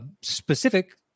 specific